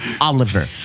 Oliver